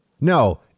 No